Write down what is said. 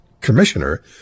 commissioner